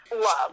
Love